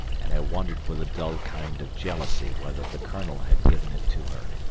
and i wondered with a dull kind of jealousy whether the colonel had given it to her.